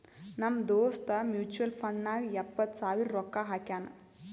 ನಮ್ ದೋಸ್ತ mutual fund ನಾಗ್ ಎಪ್ಪತ್ ಸಾವಿರ ರೊಕ್ಕಾ ಹಾಕ್ಯಾನ್